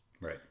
Right